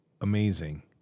amazing